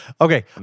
Okay